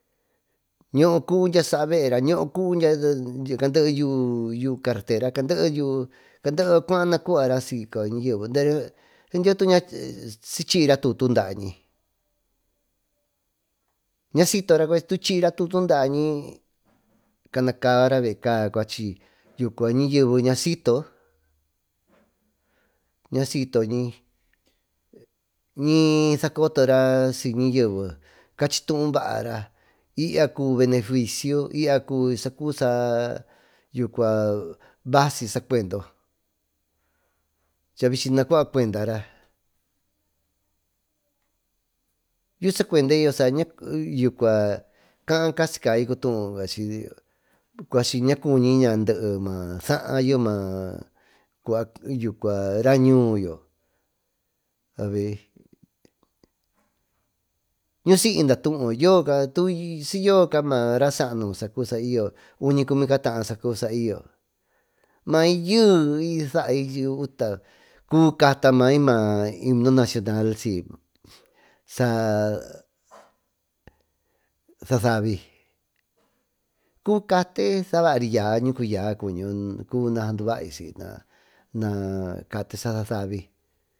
Ñoo cuú dyia saa veera ñoocuu cande yuú carretera candee cuaara nacuara si coyoña yeve dyee dyio tuñi siy chiyra tuú daañi ñasitora cue tusi chiyra tutu daañi canacabara veeca cuachi ñayeve ñasito ñisa cotora siy ñayeve y ya cuvi neficio y ya cuvisaa sacuba saa vasi sacuendo cha vichi nacua cuendara yuu sacuede kaa casicai cutuú cuachi ña cuñi ñaa dee maa saá maayo maa raa ñuuyo avi nusiy datuuyo tuu siy yoca maara saanu saa cubi saayo bichi uñi cumi cataa saacubi saayyo mai yee i say utale cubi cata ma himno nacional sa savi cubi cati sabaari yaa cuñiyo cubi na saanduvai siy naa cate sa sasavi.